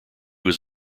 was